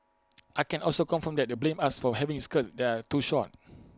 I can also confirm that they blamed us for having skirts that are too short